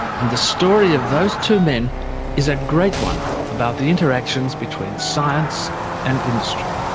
and the story of those two men is a great one, about the interactions between science and industry.